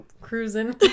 cruising